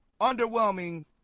underwhelming